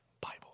Bible